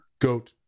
Goat